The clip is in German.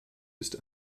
ist